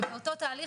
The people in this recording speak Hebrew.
ובאותו תהליך,